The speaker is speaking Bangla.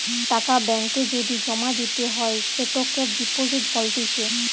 টাকা ব্যাঙ্ক এ যদি জমা দিতে হয় সেটোকে ডিপোজিট বলতিছে